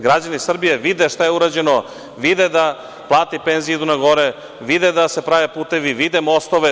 Građani Srbije vide šta je urađeno, vide da plate i penzije idu na gore, vide da se prave putevi, vide mostove.